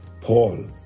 Paul